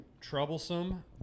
troublesome